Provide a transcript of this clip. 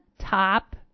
top